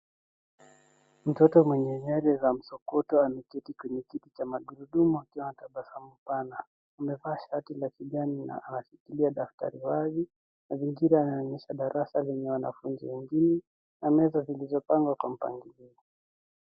Mtoto mwenye nywele za msokoto ameketi kwenye kiti cha magurudumu akiwa na tabasamu pana. Amevaa shati la kijani na anashikilia daftari wazi. Mazingira yanaonyesha darasa lenye wanafunzi wengine, na meza zilizopangwa kwa mpangilio.